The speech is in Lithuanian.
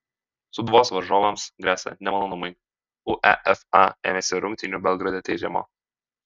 sūduvos varžovams gresia nemalonumai uefa ėmėsi rungtynių belgrade tyrimo